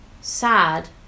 sad